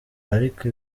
ariko